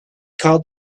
called